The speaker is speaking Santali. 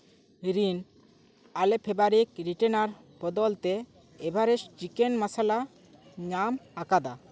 ᱨᱤᱱ ᱟᱞᱮ ᱯᱷᱮᱵᱟᱨᱤᱠ ᱨᱤᱴᱮᱱᱟᱨ ᱵᱚᱫᱚᱞᱛᱮ ᱮᱵᱷᱟᱨᱮᱥᱴ ᱪᱤᱠᱮᱱ ᱢᱚᱥᱟᱞᱟ ᱧᱟᱢ ᱟᱠᱟᱫᱟ